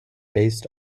based